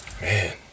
man